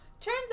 Turns